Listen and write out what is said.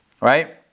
right